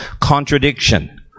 contradiction